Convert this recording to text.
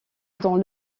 dans